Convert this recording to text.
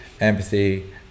Empathy